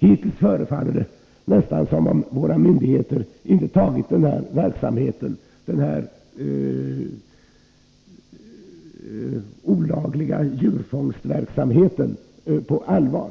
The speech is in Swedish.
Hittills förefaller det nästan som om våra myndigheter inte tagit den olagliga djurfångstverksamheten på allvar.